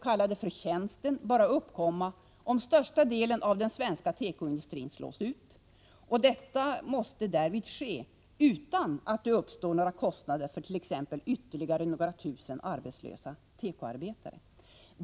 k. förtjänsten bara uppkomma om största delen av den svenska tekoindustrin slås ut, och detta måste därvid ske utan att det uppstår några kostnader för t.ex. ytterligare några tusen arbetslösa tekoarbetare.